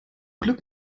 glück